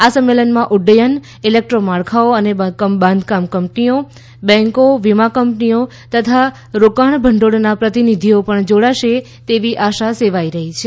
આ સંમેલનમાં ઉદ્દયન ઈલેકટ્રોમાળખાઓ અને બાંધકામ કંપનીઓ બેન્કો વીમા કંપનીઓ તથા રોકાણ ભંડોળનાં પ્રતિનિધીઓ પણ જોડાશે તેવી આશા સેવાઈ રહી છે